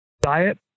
diet